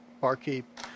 Barkeep